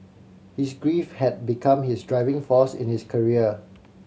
his grief had become his driving force in his career